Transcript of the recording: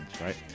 right